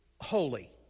holy